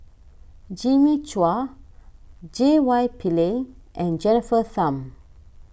Jimmy Chua J Y Pillay and Jennifer Tham